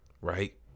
right